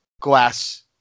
glass